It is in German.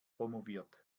promoviert